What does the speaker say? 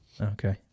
Okay